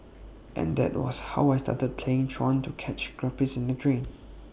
and that was how I started playing truant to catch guppies in the drain